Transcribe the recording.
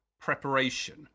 preparation